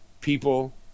people